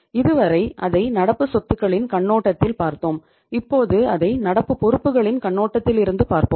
இது வரை அதை நடப்பு சொத்துகளின் கண்ணோட்டத்தில் பார்த்தோம் இப்போது அதை நடப்பு பொறுப்புகளின் கண்ணோட்டத்திலிருந்து பார்ப்போம்